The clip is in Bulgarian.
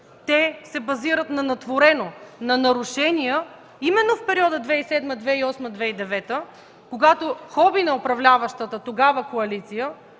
те се базират на натворено, на нарушения именно в периода 2007 2008 2009 г., когато хоби на управляващата тогава коалиция,